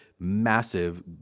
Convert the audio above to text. massive